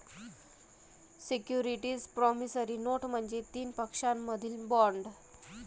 securities promissory note म्हणजे तीन पक्षांमधील बॉण्ड